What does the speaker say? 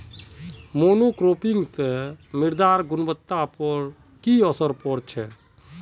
monocropping स मृदार गुणवत्ता पर की असर पोर छेक